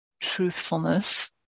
truthfulness